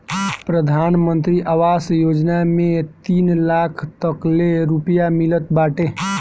प्रधानमंत्री आवास योजना में तीन लाख तकले रुपिया मिलत बाटे